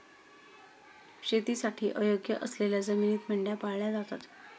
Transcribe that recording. शेतीसाठी अयोग्य असलेल्या जमिनीत मेंढ्या पाळल्या जातात